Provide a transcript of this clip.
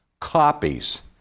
copies